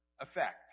effect